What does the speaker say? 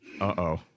Uh-oh